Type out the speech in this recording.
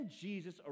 Jesus